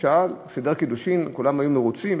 סידר קידושין וכולם היו מרוצים,